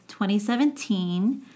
2017